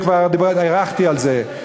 וכבר הארכתי על זה.